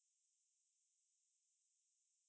当然是做工咯